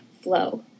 flow